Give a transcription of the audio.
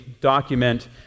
document